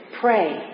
pray